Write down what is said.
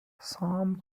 somme